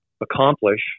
accomplish